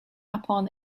upon